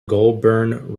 goulburn